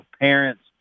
parents